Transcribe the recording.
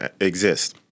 exist